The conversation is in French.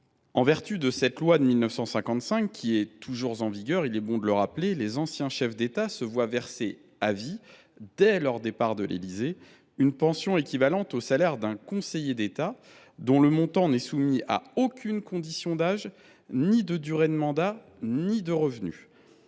En vertu de ce texte, qui est toujours en vigueur, les anciens chefs d’État se voient verser à vie, dès leur départ de l’Élysée, une pension équivalente au salaire d’un conseiller d’État, dont le montant n’est soumis à aucune condition d’âge, ni de durée de mandat, ni de revenus.